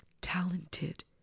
talented